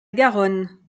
garonne